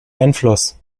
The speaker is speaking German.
einfluss